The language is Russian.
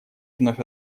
вновь